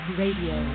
radio